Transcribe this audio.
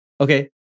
Okay